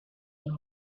una